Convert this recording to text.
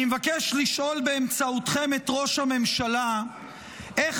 אני מבקש לשאול באמצעותכם את ראש הממשלה איך